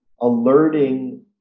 alerting